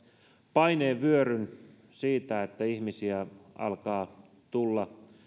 paineen vyöryn siitä että ihmisiä alkaa tulla